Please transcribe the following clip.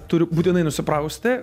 turiu būtinai nusiprausti